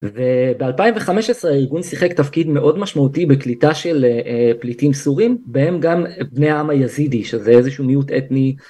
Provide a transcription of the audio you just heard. וב2015 הארגון שיחק תפקיד מאוד משמעותי בקליטה של פליטים סורים בהם גם בני העם היאזידי שזה איזשהו מיעוט אתני